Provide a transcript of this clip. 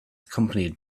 accompanied